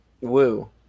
Woo